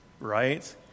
right